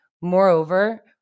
moreover